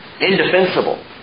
Indefensible